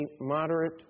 moderate